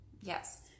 Yes